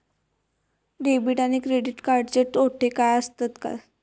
Debit आणि credit कार्डचे तोटे काय आसत तर?